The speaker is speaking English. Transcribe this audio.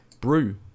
brew